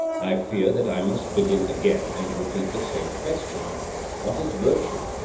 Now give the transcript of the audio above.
i fear that i must begin again and repeat the same question what is virtue?